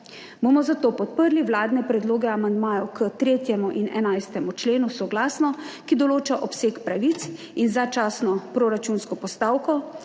bomo zato podprli vladne predloge amandmajev k 3. in 11. členu soglasno, ki določa obseg pravic in začasno proračunsko postavko.